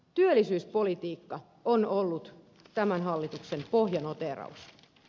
työllisyyspolitiikka on ollut tämän hallituksen pohjanoteeraus